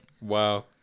Wow